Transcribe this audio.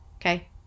Okay